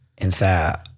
inside